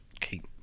keep